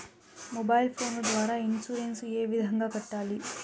mobile phone ద్వారా insurance ఏ విధంగా కట్టాలి